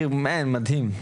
עיר מדהים,